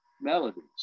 melodies